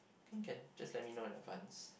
can can just let me know in advance